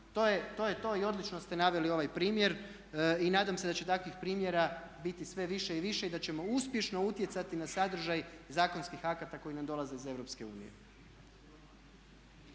To je to i odlično ste naveli ovaj primjer i nadam se da će takvih primjera biti sve više i više i da ćemo uspješno utjecati na sadržaj zakonskih akata koji nam dolaze iz